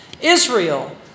Israel